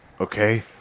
okay